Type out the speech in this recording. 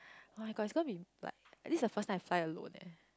my god is gonna been like this is the first time I fly alone leh